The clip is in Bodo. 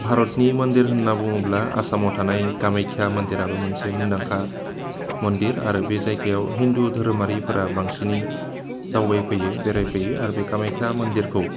भारतनि मन्दिर होनना बुङोब्ला आसामाव थानाय कामायख्या मन्दिराबो मोनसे मुंदांखा मन्दिर आरो बे जायगायाव हिन्दु धोरोमारिफोरा बांसिनै दावबायफैयो बेराय फैयो आरो बे कामाख्या मोन्दिरखौ